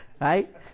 right